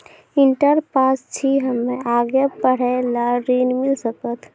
Inter pass छी हम्मे आगे पढ़े ला ऋण मिल सकत?